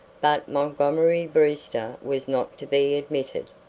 but montgomery brewster was not to be admitted.